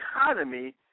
economy